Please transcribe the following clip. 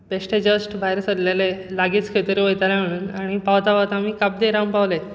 बेश्टे जस्ट भायर सरलेले लागींच खंय तरी वयतले म्हणून आनी पावतां पावतां आमी काब दे राम पावलें